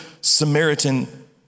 Samaritan